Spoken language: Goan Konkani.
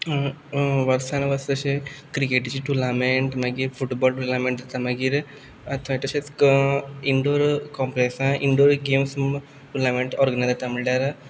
वर्सान वर्स तशें क्रिकेटीचे टोर्नामेंट मागीर फुटबॉल टोर्नामेंट जाता मागीर तशेंच इंडोर कोम्प्लेक्सांत इंडोर गॅम्स म्हूण टोर्नामेंट ओर्गनायज जाता म्हणल्यार